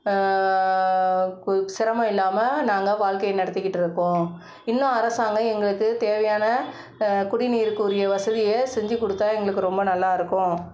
கு சிரமம் இல்லாமல் நாங்கள் வாழ்க்கைய நடத்திக்கிட்டு இருக்கோம் இன்னும் அரசாங்கம் எங்களுக்கு தேவையான குடிநீருக்குரிய வசதியை செஞ்சு கொடுத்தா எங்களுக்கு ரொம்ப நல்லா இருக்கும்